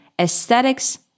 aesthetics